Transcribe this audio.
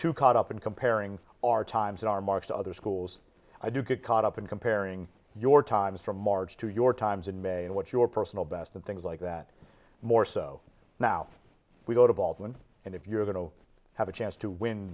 too caught up in comparing our times and our marks to other schools i do get caught up in comparing your times from march to your times in may and what your personal best and things like that more so now we go to baldwin and if you're going to have a chance to win